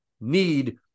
need